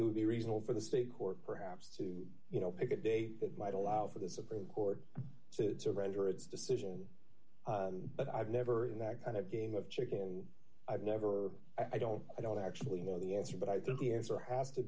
it would be reasonable for the state court perhaps to you know pick a date that might allow for the supreme court to surrender its decision but i've never in that kind of game of chicken i've never i don't i don't actually know the answer but i think the answer has to